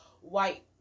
white